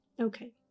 okay